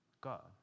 God